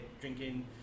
drinking